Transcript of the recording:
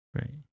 Right